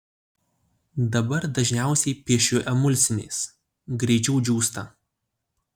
dabar dažniausiai piešiu emulsiniais greičiau džiūsta